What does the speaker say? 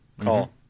call